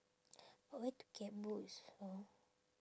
where to get boots from